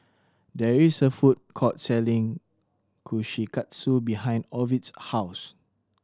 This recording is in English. there is a food court selling Kushikatsu behind Ovid's house